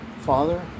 Father